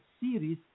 series